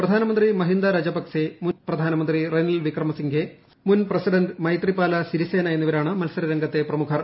പ്രധാനമന്ത്രി മഹീന്ദ രാജപക്സെ മുൻ പ്രധാനമന്ത്രി റനിൽ വിക്രമസിംഗെ മുൻ പ്രസിഡന്റ് മൈത്രിപാല സിരിസേന എന്നിവരാണ് മത്സരരംഗത്തെ പ്രമുഖർ